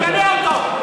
תגנה אותו.